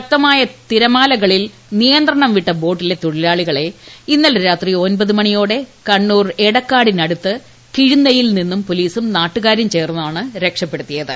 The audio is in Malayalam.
ശക്തമായ തിരമാലകളിൽ നിയന്ത്രണം വിട്ട ബോട്ടി ലെ തൊഴിലാളികളെ ഇന്നലെ രാത്രി ഒമ്പത് മണിയോടെ കണ്ണൂർ എടക്കാടിനടുത്ത് കിഴുന്നയിൽ നിന്ന് പോലീസും നാട്ടുകാരും ചേർന്നാണ് രക്ഷപ്പെടുത്തിയത്